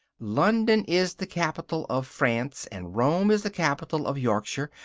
london is the capital of france, and rome is the capital of yorkshire,